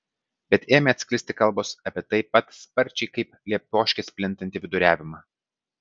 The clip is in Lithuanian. bet ėmė atsklisti kalbos apie taip pat sparčiai kaip lepioškės plintantį viduriavimą